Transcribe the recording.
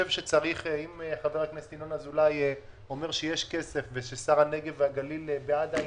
אם חבר הכנסת ינון אזולאי אומר שיש כסף וכי שר הנגב והגליל בעד העניין,